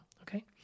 okay